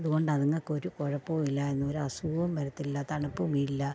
അതുകൊണ്ട് അതിങ്ങൾക്ക് ഒരു കുഴപ്പവും ഇല്ലായിരുന്നു ഒരു അസുഖവും വരത്തില്ല തണുപ്പുമില്ല